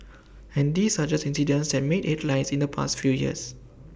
and these are just incidents that made headlines in the past few years